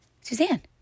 Suzanne